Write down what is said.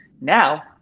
Now